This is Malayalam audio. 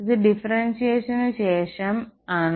ഇത് ഡിഫറെൻസിയേഷൻ ശേഷം ആണ്